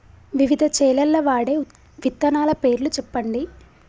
వివిధ చేలల్ల వాడే విత్తనాల పేర్లు చెప్పండి?